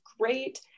great